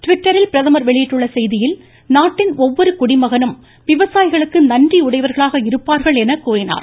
ட்விட்டரில் பிரதமர் வெளியிட்டுள்ள செய்தியில் நாட்டின் ஒவ்வொரு குடிமகனும் விவசாயிகளுக்கு நன்றியுடையவர்களாக இருப்பார்கள் என கூறியுள்ளார்